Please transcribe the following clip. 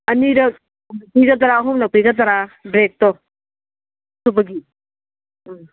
ꯑꯅꯤꯔꯛꯀꯨꯝꯕ ꯄꯤꯒꯗ꯭ꯔꯥ ꯑꯍꯨꯝꯂꯛ ꯄꯤꯒꯗ꯭ꯔꯥ ꯕ꯭ꯔꯦꯛꯇꯣ ꯁꯨꯕꯒꯤ ꯎꯝ